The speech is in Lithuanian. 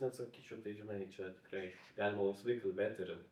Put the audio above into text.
net sakyčiau tai žinai čia tikrai galima laisvai kalbėt ir